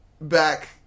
back